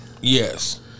yes